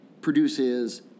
produces